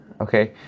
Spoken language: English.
okay